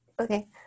Okay